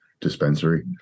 dispensary